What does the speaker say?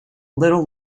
little